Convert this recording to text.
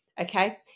okay